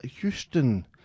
Houston